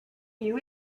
you